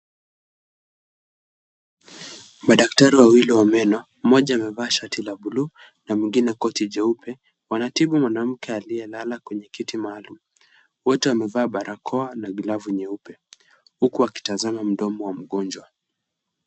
madaktari wawili wa meno, mmoja amevaa shati la buluu na mwingine koti jeupe. Wanatibu mwanamke aliyelala kwenye kiti maalum. Wote wamevaa barakoa na glavu nyeupe huku wakitazama mdomo wa ngonjwa.